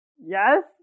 Yes